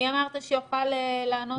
ברק יוכל לענות לנו?